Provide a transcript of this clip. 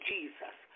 Jesus